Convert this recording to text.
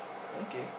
okay